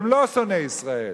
הם לא שונאי ישראל.